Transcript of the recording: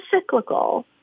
cyclical